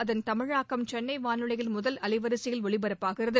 அதன் தமிழாக்கம் சென்னை வானொலியின் முதல் அலைவரிசையில் ஒலிபரப்பாகிறது